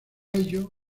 ello